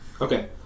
Okay